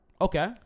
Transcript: Okay